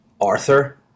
Arthur